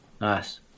Nice